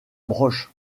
broche